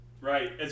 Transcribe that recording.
Right